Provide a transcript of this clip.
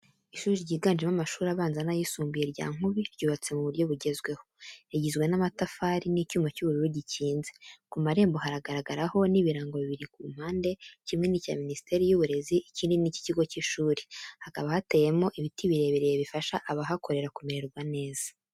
Ishuri ryiganjemo amashuri abanza n’ayisumbuye rya Nkubi Ryubatswe mu buryo bugezweho, rigizwe n’amatafari n’icyuma cy'ubururu gikinze kumarembo Haragaragaraho n’ibirango bibiri ku mpande, kimwe nicya Minisiteri y’Uburezi ikindi niki kigo cy'ishuri hakaba hateyemo ibiti birebire bifasha abakorera kumererwa neza.